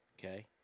Okay